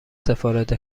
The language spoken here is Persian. سفارت